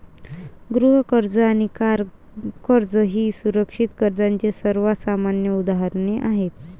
गृह कर्ज आणि कार कर्ज ही सुरक्षित कर्जाची सर्वात सामान्य उदाहरणे आहेत